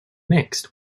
mixed